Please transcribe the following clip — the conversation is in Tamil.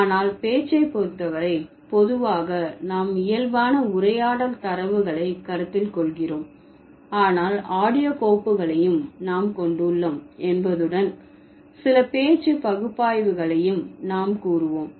ஆனால் பேச்சை பொறுத்தவரை பொதுவாக நாம் இயல்பான உரையாடல் தரவுகளை கருத்தில் கொள்கிறோம் ஆனால் ஆடியோ கோப்புகளையும் நாம் கொண்டுள்ளோம் என்பதுடன் சில பேச்சு பகுப்பாய்வுகளையும் நாம் கூறுவோம்